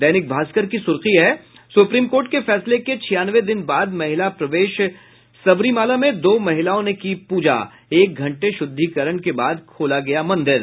दैनिक भास्कर की सुर्खी है सुप्रीम कोर्ट के फैसले के छियानवे दिन बाद महिला प्रवेश सबरीमालाः दो महिलाओं ने की पूजा एक घंटे श्रद्धिकरण के बाद खोला मंदिर